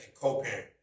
co-parent